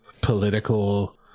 political